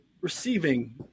receiving